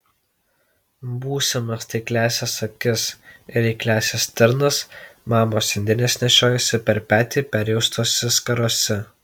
būsimas taikliąsias akis ir eikliąsias stirnas mamos indėnės nešiojosi per petį perjuostose skarose